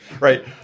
right